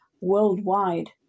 worldwide